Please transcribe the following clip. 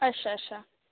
अच्छा अच्छा